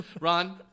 Ron